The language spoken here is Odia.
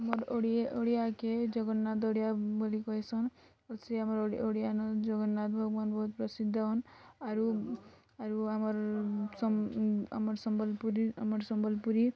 ଆମର୍ ଓଡ଼ିଆକେ ଜଗନ୍ନାଥ୍ ଓଡ଼ିଆ ବୋଲି କହେସନ୍ ସେ ଆମର୍ ଓଡ଼ିଆନ ଜଗନ୍ନାଥ ଭଗବାନ୍ ବହୁତ୍ ପ୍ରସିଦ୍ଧନ୍ ଆରୁ ଆମର୍ ଆମର୍ ସମ୍ବଲ୍ପୁରୀ ଆମର୍ ସମ୍ବଲ୍ପୁରୀ